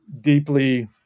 deeply